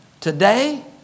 today